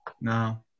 No